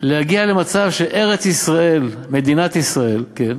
להגיע למצב שארץ-ישראל, מדינת ישראל, כן,